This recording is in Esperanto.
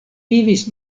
vivis